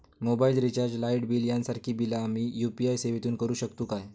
Mobile recharge, light bill यांसारखी बिला आम्ही यू.पी.आय सेवेतून करू शकतू काय?